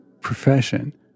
profession